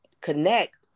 connect